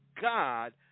God